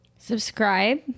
subscribe